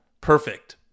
perfect